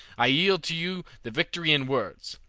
i yield to you the victory in words,